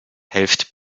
helft